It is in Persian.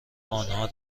آنها